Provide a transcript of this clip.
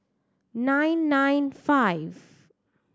nine nine five